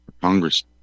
Congress